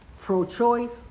pro-choice